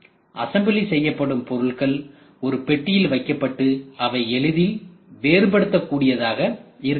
assembly செய்யப்படும் பொருள்கள் ஒரு பெட்டியில் வைக்கப்பட்டு அவை எளிதில் வேறுபடுத்த கூடியதாக இருக்க வேண்டும்